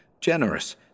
Generous